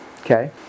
Okay